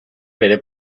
bere